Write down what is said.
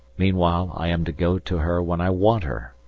meanwhile i am to go to her when i want her!